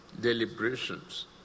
deliberations